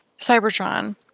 Cybertron